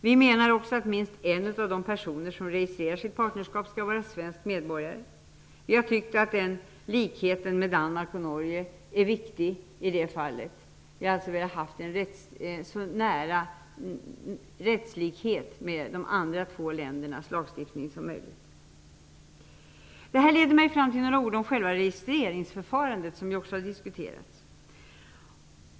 Vi menar också att minst en av de personer som registrerar sitt partnerskap skall vara svensk medborgare. Vi har tyckt att likheten med Danmark och Norge är viktig i det fallet. Vi har alltså velat ha en lagstiftning som ligger så nära den i de andra två länderna som möjligt. Detta leder mig fram till några ord om själva registreringsförfarandet, som också har diskuterats.